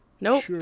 Nope